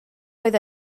oedd